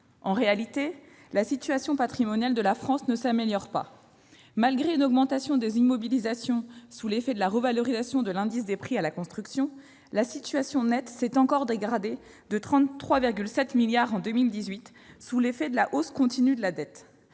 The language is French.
En réalité, la situation patrimoniale de la France ne s'améliore pas. Malgré une augmentation des immobilisations sous l'effet de la revalorisation de l'indice des prix à la construction, la situation nette s'est encore dégradée de 33,7 milliards d'euros en 2018, sous l'effet de la hausse continue de la dette.